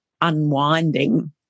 unwinding